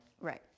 Right